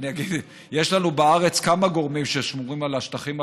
יש לנו בארץ כמה גורמים ששומרים על השטחים הפתוחים.